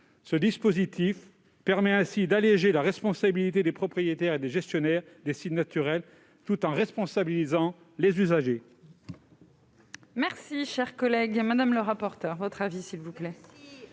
Ce dispositif permet d'alléger la responsabilité des propriétaires et des gestionnaires des sites naturels, tout en responsabilisant les usagers.